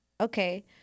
Okay